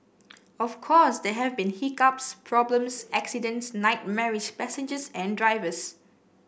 of course there have been hiccups problems accidents nightmarish passengers and drivers